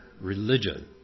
religion